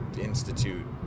institute